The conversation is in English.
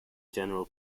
general